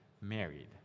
married